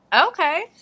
okay